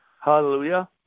Hallelujah